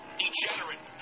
degenerate